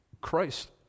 Christ